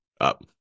up